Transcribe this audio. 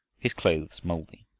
his clothes moldy.